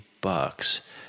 bucks